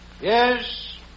Yes